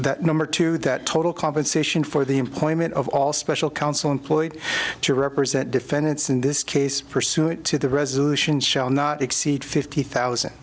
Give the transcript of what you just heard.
that number two that total compensation for the employment of all special counsel employed to represent defendants in this case pursuant to the resolution shall not exceed fifty thousand